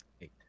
Eight